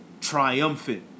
Triumphant